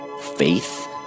faith